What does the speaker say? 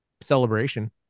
Celebration